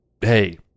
hey